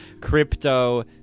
crypto